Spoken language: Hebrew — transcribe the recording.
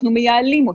אנחנו מעבים אותה.